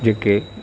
जेके